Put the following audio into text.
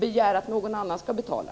Begär han att någon annan ska betala?